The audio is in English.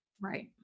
Right